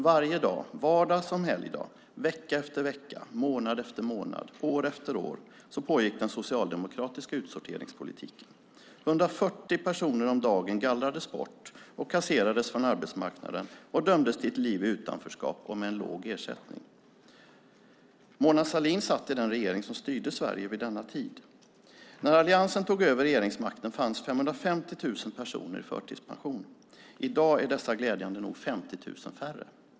Varje dag, vardag som helgdag, vecka efter vecka, månad efter månad, år efter år pågick den socialdemokratiska utsorteringspolitiken. 140 personer om dagen kasserades och gallrades bort från arbetsmarknaden. De dömdes till ett liv i utanförskap och en låg ersättning. Mona Sahlin satt i den regering som styrde Sverige vid denna tid. När alliansen tog över regeringsmakten fanns 550 000 personer i förtidspension. I dag är dessa glädjande nog 50 000 färre.